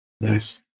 nice